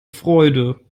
freude